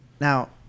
Now